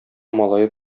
малае